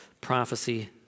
prophecy